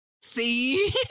See